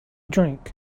drink